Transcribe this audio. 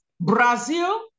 Brazil